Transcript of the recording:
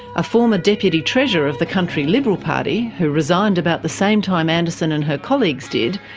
a former deputy treasurer of the country liberal party who resigned about the same time anderson and her colleagues did,